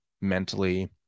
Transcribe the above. mentally